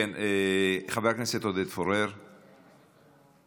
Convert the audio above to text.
חבר הכנסת עודד פורר, בבקשה.